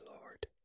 lord